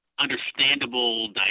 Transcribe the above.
understandable